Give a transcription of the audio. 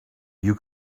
you